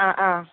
അ ആ